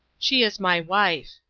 she is my wife,